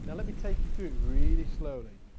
and let me take you through it really slowly.